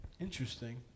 Interesting